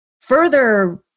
further